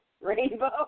Rainbow